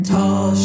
Tall